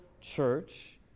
church